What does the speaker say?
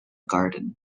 garden